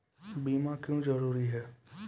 बीमा क्यों जरूरी हैं?